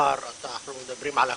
כלומר אנחנו מדברים על הכול,